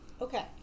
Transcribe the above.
Okay